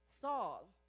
Saul